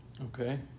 Okay